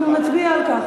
אנחנו נצביע על כך.